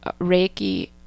Reiki